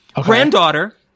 granddaughter